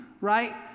Right